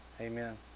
Amen